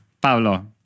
Pablo